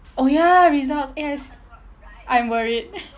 oh ya results eh I s~ I'm worried